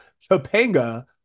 Topanga